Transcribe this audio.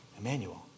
Emmanuel